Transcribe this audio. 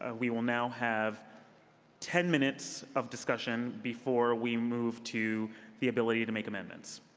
ah we will now have ten minutes of discussion before we move to the ability to make amendments.